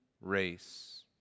race